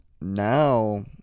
now